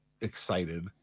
excited